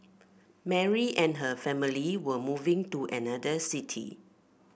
Mary and her family were moving to another city